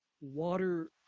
water